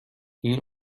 این